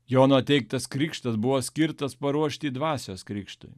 jono teiktas krikštas buvo skirtas paruošti dvasios krikštui